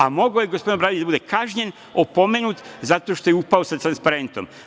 A mogao je gospodin Obradović da bude kažnjen, opomenut, zato što je upao sa transparentom.